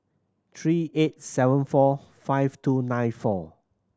three eight seven four five two nine four